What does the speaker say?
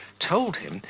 told him,